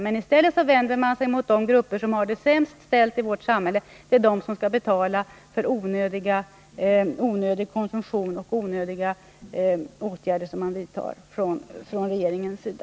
Men i stället vänder man sig mot de grupper som har det sämst ställt i vårt samhälle. Det är de som skall betala för onödig konsumtion och onödiga åtgärder från regeringens sida.